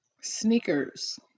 Sneakers